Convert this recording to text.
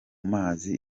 mazi